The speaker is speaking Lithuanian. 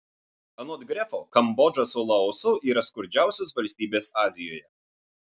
anot grefo kambodža su laosu yra skurdžiausios valstybės azijoje